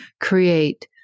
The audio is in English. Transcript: create